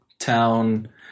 Town